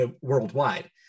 worldwide